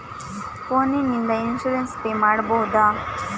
Phone ನಿಂದ insurance pay ಮಾಡಬಹುದ?